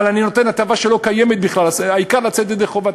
אבל אני נותן הטבה שלא קיימת בכלל והעיקר לצאת ידי חובה?